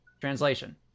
Translation